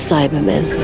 Cybermen